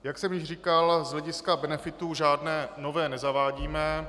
Jak jsem již říkal, z hlediska benefitů žádné nové nezavádíme.